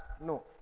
No